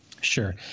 Sure